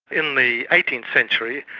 in the eighteenth century,